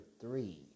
three